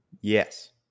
Yes